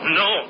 no